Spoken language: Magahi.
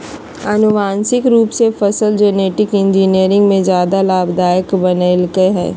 आनुवांशिक रूप से फसल जेनेटिक इंजीनियरिंग के ज्यादा लाभदायक बनैयलकय हें